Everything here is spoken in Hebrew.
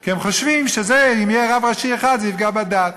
כי הם חושבים שאם יהיה רב ראשי אחד זה יפגע בדת.